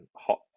Hot